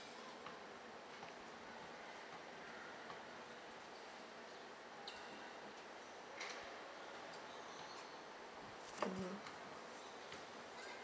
a tough shield